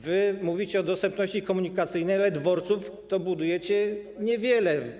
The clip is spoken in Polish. Wy mówicie o dostępności komunikacyjnej, ale dworców budujecie niewiele.